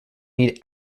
need